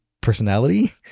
personality